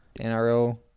NRL